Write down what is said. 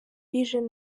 vision